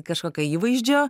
kažkokio įvaizdžio